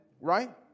right